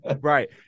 right